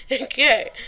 Okay